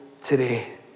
today